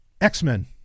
X-Men